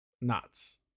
nuts